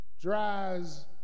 dries